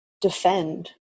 defend